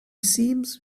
seems